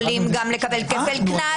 יכולים לקבל כפל קנס,